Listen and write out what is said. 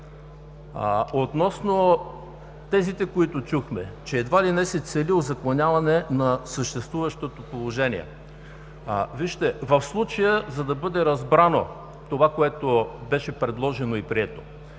Относно тезите, които чухме, че едва ли не се цели узаконяване на съществуващото положение. В случая, за да бъде разбрано това, което беше предложено и прието,